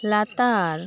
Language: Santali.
ᱞᱟᱛᱟᱨ